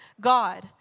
God